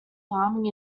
farming